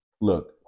look